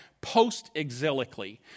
post-exilically